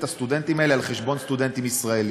הסטודנטים האלה על חשבון סטודנטים ישראלים.